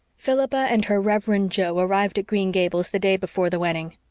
philippa and her reverend jo arrived at green gables the day before the wedding.